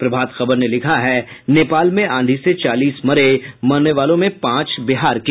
प्रभात खबर ने लिखा है नेपाल में आंधी से चालीस मरे मरने वालों में पांच बिहार के